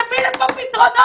תביא לפה פתרונות.